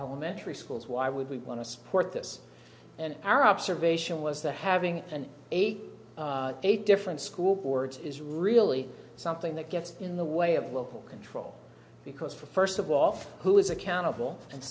elementary schools why would we want to support this and our observation was that having an eight eight different school boards is really something that gets in the way of local control because for first of all who is accountable and